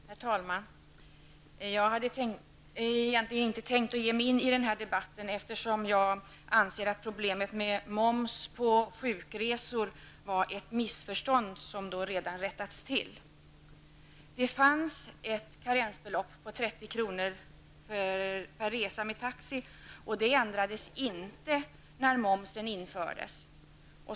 Herr talman! Jag hade egentligen inte tänkt att ge mig in i den här debatten, eftersom jag anser att problemet med moms på sjukresor var ett missförstånd som redan rättats till. Det fanns ett karensbelopp på 30 kr. per resa med taxi, och det ändrades inte när momsen infördes.